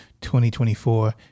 2024